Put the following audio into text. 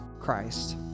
Christ